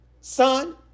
son